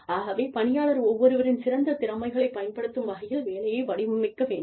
ஆகவே பணியாளர் ஒவ்வொருவரின் சிறந்த திறமைகளைப் பயன்படுத்தும் வகையில் வேலையை வடிவமைக்க வேண்டும்